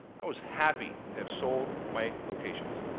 i was happy to have sold my locations.